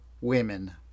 women